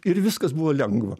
ir viskas buvo lengva